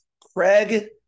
Craig